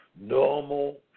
normal